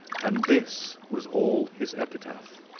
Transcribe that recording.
and this was all his epitaph.